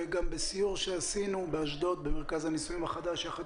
ובסיור שעשינו באשדוד במרכז הניסויים החדש יחד